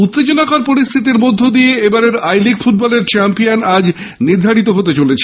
উত্তেজনাকর পরিস্থিতির মধ্যে দিয়ে এবারের আই লীগ ফুটবলের চ্যাম্পিয়ান নির্ধারিত হতে চলেছে